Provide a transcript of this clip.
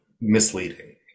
misleading